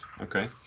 Okay